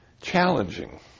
challenging